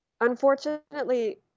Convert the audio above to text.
Unfortunately